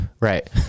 Right